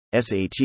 SAT